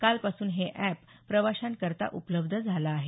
कालपासून हे अॅप प्रवाशांकरता उपलब्ध झालं आहे